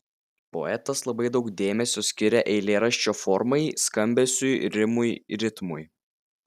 poetas labai daug dėmesio skiria eilėraščio formai skambesiui rimui ritmui